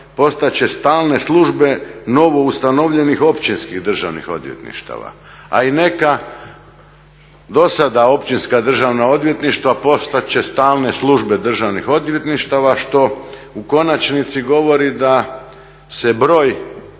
postat će stalne službe novo ustanovljenih općinskih državnih odvjetništava, a i neka do sada općinska državna odvjetništva postat će stalne službe državnih odvjetništava što u konačnici govori da se broj